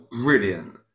brilliant